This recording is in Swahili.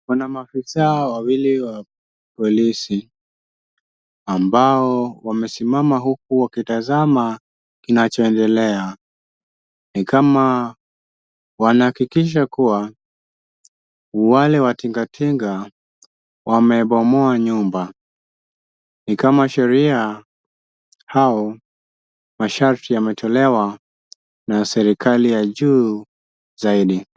Wanamafisa wawili wa polisi ambao wamesimama huku wakitazama kinachoendelea, ni kama wanahakikisha kuwa wale wa tingatinga, wamebomoa nyumba. Ni kama sheria au masharti yametolewa na serikali ya juu zaidi.